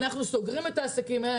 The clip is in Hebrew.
אנחנו סוגרים את העסקים האלה.